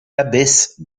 abbesse